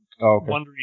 wondering